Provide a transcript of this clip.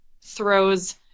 throws